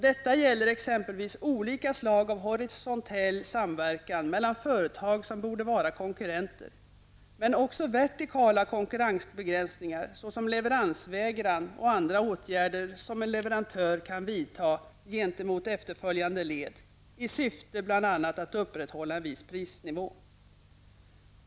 Detta gäller exempelvis olika slag av horisontell samverkan mellan företag som borde vara konkurrenter, men också vertikala konkurrensbegränsningar, såsom leveransvägran och andra åtgärder som en leverantör kan vidta gentemot efterföljande led i syfte bl.a. att upprätthålla en viss prisnivå.